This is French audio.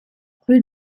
rue